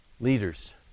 Leaders